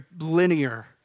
linear